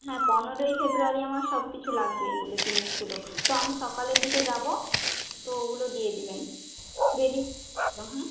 হ্যাঁ পনেরোই ফেব্রুয়ারি আমার সব কিছু লাগবে এই পুরো জিনিসগুলো তো আমি সকালের দিকে যাব তো ওগুলো দিয়ে দেবেন রেডি বা হ্যাঁ